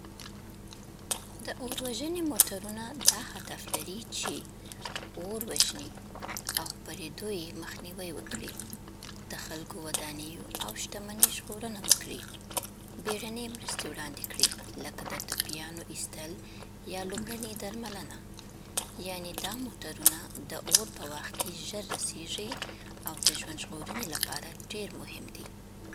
د اور وژنې موټرونه دا هدف لري چې: اور وژني او خپرېدو یې مخنیوی وکړي. د خلکو، ودانیو او شتمنۍ ژغورنه وکړي. بیړنۍ مرستې وړاندې کړي لکه د ټپیانو ایستل یا لومړنۍ درملنه. یعنې، دا موټرونه د اور په وخت کې ژر رسېږي او د ژوند ژغورنې لپاره ډېر مهم دي.